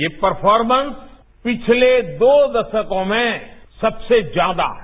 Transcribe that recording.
ये परफोरमन्स पिछले दो दशकों में सबसे ज्यादा है